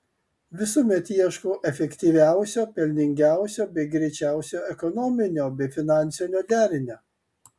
visuomet ieškau efektyviausio pelningiausio bei greičiausio ekonominio bei finansinio derinio